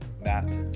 Matt